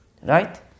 right